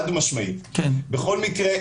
בכל מקרה,